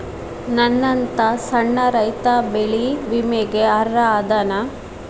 ನನ್ನಂತ ಸಣ್ಣ ರೈತಾ ಬೆಳಿ ವಿಮೆಗೆ ಅರ್ಹ ಅದನಾ?